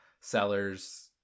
seller's